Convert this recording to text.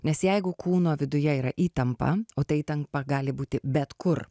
nes jeigu kūno viduje yra įtampa o ta įtampa gali būti bet kur